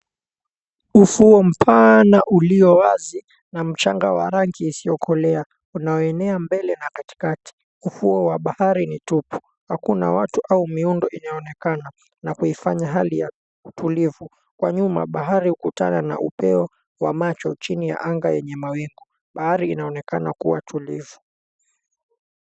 Ufuo mpana ulio wazi na mchanga wa rangi isiyokolea unaoenea mbele na katikati. Ufuo wa bahari ni tupu, hakuna watu au miundo inayoonekana na kuifanya hali ya utulivu. Kwa nyuma bahari hukutana na upeo wa macho chini ya anga yenye mawingu. Bahari inaonekana kuwa tulivu.